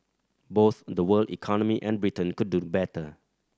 both the world economy and Britain could do better